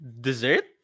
dessert